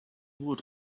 would